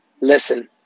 Listen